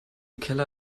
keller